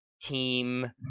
team